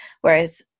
Whereas